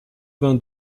vingt